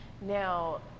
now